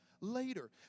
later